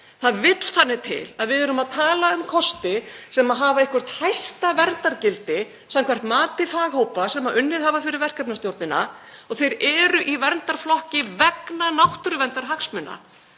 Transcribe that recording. Það vill þannig til að við erum að tala um kosti sem hafa eitthvert hæsta verndargildi samkvæmt mati faghópa sem unnið hafa fyrir verkefnisstjórnina og þeir eru í verndarflokki vegna náttúruverndarhagsmuna.